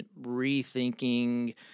Rethinking